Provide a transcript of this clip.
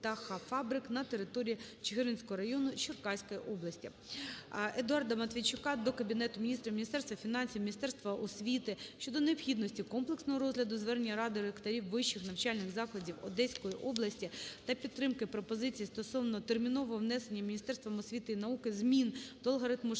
на території Чигиринського району Черкаської області. Едуарда Матвійчука до Кабінету Міністрів, Міністерства фінансів, Міністерства освіти щодо необхідності комплексного розгляду звернення Ради ректорів вищих навчальних закладів Одеської області та підтримки пропозиції стосовно термінового внесення Міністерством освіти і науки змін до алгоритму